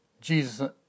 Jesus